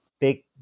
big